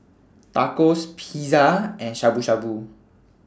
Tacos Pizza and Shabu Shabu